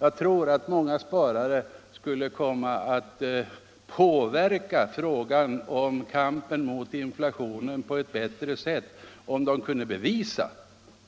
Jag tror att många sparare skulle kunna medverka i kampen mot inflationen på ett bättre sätt än f. n. om det kunde bevisas